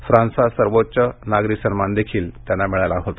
फ्रान्सचा सर्वोच्च नागरी सन्मानही त्यांना मिळाला होता